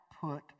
put